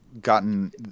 gotten